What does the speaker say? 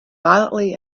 violently